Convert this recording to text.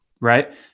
Right